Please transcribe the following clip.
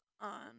on